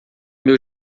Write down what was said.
meu